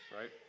right